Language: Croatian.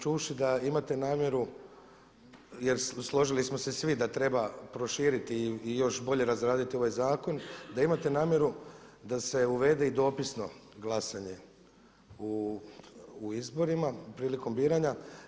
Čuvši da imate namjeru, jer složili smo se svi da treba proširiti i još bolje razraditi ovaj zakon, da imate namjeru da se uvede i dopisno glasanje u izborima prilikom biranja.